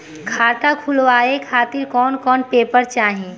खाता खुलवाए खातिर कौन कौन पेपर चाहीं?